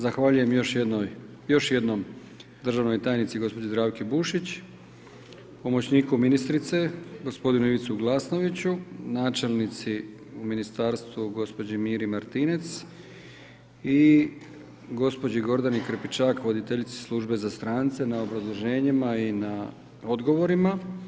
Zahvaljujem još jednom državnoj tajnici gospođi Zdravki Bušić, pomoćniku ministrice gospodinu Ivici Glasnoviću, načelnici u ministarstvu gospođi Miri Martinec i gospođi Gordani Krepečak voditeljici službe za strance na obrazloženjima i na odgovorima.